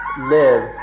live